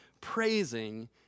praising